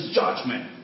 judgment